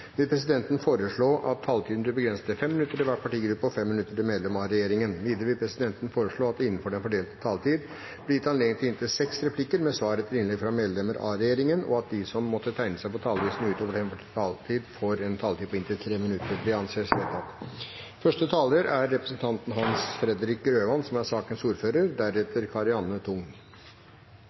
vil presidenten foreslå at taletiden blir begrenset til 5 minutter til hver partigruppe og 5 minutter til medlem av regjeringen. Videre vil presidenten foreslå at det innenfor den fordelte taletid blir gitt anledning til seks replikker med svar etter innlegg fra medlem av regjeringen, og at de som måtte tegne seg på talerlisten utover den fordelte taletid, får en taletid på inntil 3 minutter. – Det anses vedtatt.